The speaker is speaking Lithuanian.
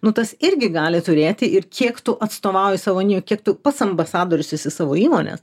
nu tas irgi gali turėti ir kiek tu atstovauji savo kiek tu pats ambasadorius esi savo įmonės